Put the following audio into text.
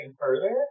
further